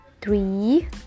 three